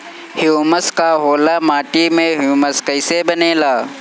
Humus का होला माटी मे ह्यूमस कइसे बनेला?